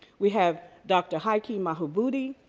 we have dr. haki madhubuti.